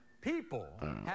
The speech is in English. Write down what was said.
people